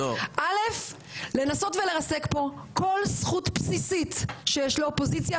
א' לנסות ולרסק פה כל זכות בסיסית שיש לאופוזיציה,